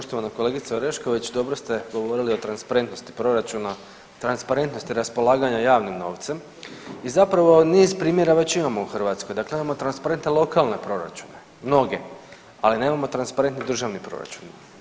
Poštovana kolegice Orešković, dobro ste govorili o transparentnosti proračuna i transparentnosti raspolaganja javnim novcem i zapravo niz primjera već imamo u Hrvatskoj, dakle imamo transparentne lokalne proračune mnoge, ali nemamo transparentni državni proračun.